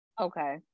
okay